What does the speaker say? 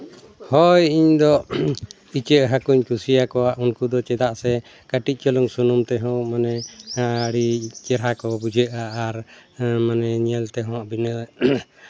ᱦᱳᱭ ᱤᱧᱫᱚ ᱤᱧᱟᱹᱜ ᱦᱟᱹᱠᱩᱧ ᱠᱩᱥᱤᱭᱟᱠᱚᱣᱟ ᱩᱱᱠᱩ ᱫᱚ ᱪᱮᱫᱟᱜ ᱥᱮ ᱠᱟᱹᱴᱤᱡ ᱪᱩᱞᱩᱝ ᱥᱩᱱᱩᱢ ᱛᱮᱦᱚᱸ ᱢᱟᱱᱮ ᱟᱹᱰᱤ ᱪᱮᱦᱨᱟ ᱠᱚ ᱵᱩᱡᱷᱟᱹᱜᱼᱟ ᱟᱨ ᱧᱮᱞ ᱛᱮᱦᱚᱸ ᱵᱤᱱᱟᱹ